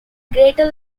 greater